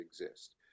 exist